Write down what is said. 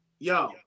Yo